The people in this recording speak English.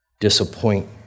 disappoint